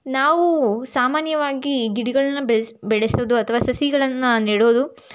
ನಾವು ಸಾಮಾನ್ಯವಾಗಿ ಗಿಡಗಳ್ನ ಬೆಳೆಸೋದು ಅಥವಾ ಸಸಿಗಳನ್ನು ನೆಡೋದು